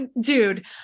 Dude